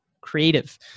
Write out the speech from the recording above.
creative